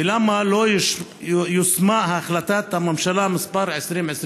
ולמה לא יושמה החלטת הממשלה מס' 2025?